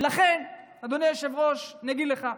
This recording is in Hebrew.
לכן, אדוני היושב-ראש, אגיד לך.